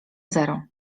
zero